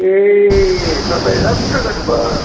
ए तपाईँ राम्रो गर्नु भयो